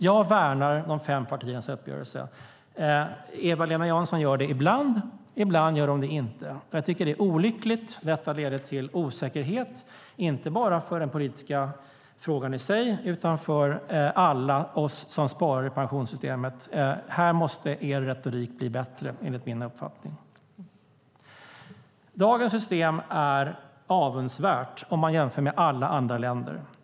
Jag värnar de fem partiernas uppgörelse. Eva-Lena Jansson gör det ibland, och ibland gör hon det inte. Jag tycker att det är olyckligt. Det leder till osäkerhet inte bara för den politiska frågan i sig utan för alla oss - vi som sparar i pensionssystemet. Här måste er retorik bli bättre, enligt min uppfattning. Dagens system är avundsvärt om man jämför med alla andra länder.